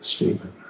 Stephen